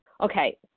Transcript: Okay